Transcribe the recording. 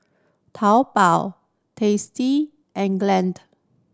Taobao Tasty and Glade